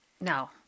No